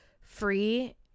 free